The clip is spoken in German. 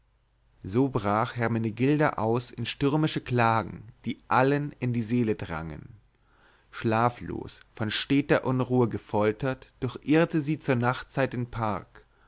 so brach hermenegilda aus in stürmische klagen die allen in die seele drangen schlaflos von steter unruhe gefoltert durchirrte sie zur nachtzeit den park